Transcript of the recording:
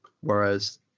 whereas